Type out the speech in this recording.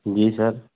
जी sir